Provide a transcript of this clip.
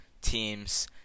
teams